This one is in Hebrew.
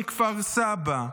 מכפר סבא,